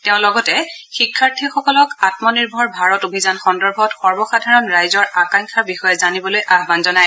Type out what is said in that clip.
তেওঁ লগতে শিক্ষাৰ্থীসকলক আমনিৰ্ভৰ ভাৰত অভিযান সন্দৰ্ভত সৰ্বসাধাৰণ ৰাইজৰ আকাংক্ষাৰ বিষয়ে জানিবলৈ আহবান জনায়